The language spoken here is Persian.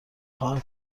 خواهم